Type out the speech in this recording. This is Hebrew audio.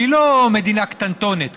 שהיא לא מדינה קטנטונת,